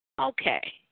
Okay